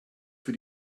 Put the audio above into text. für